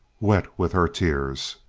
wet with her tears.